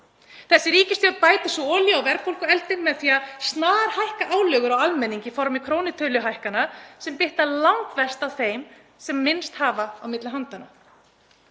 Þessi ríkisstjórn bætir svo olíu á verðbólgueldinn með því að snarhækka álögur á almenning í formi krónutöluhækkana sem bitna langmest á þeim sem minnst hafa á milli handanna.